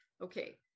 Okay